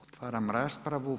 Otvaram raspravu.